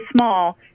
small